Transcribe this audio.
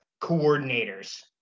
coordinators